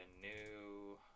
new